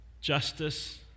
justice